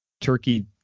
turkey